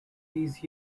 these